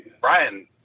Brian